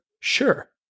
Sure